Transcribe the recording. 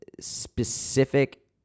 specific